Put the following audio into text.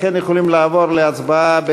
לכן יכולים לעבור להצבעה,